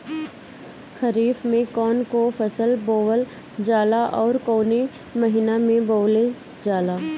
खरिफ में कौन कौं फसल बोवल जाला अउर काउने महीने में बोवेल जाला?